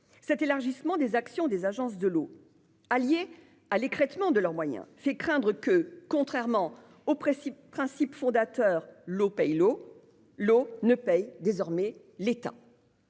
Cet élargissement des actions des agences de l'eau, allié à l'écrêtement de leurs moyens, fait craindre que, contrairement au principe fondateur en vertu duquel « l'eau paie l'eau », l'eau ne paie désormais l'État.